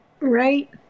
Right